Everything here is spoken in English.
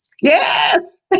yes